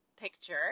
picture